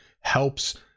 helps